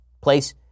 place